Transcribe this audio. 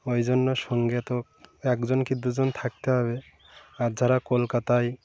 ওই জন্য সঙ্গে তো একজন কি দুজন থাকতে হবে আর যারা কলকাতায়